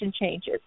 changes